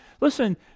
listen